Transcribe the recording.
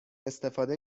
استفاده